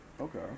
Okay